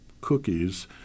cookies